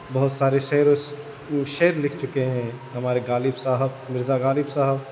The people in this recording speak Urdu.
بہت سارے شعر شعر لکھ چکے ہیں ہمارے غالب صاحب مرزا غالب صاحب